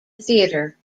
theatre